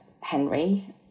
Henry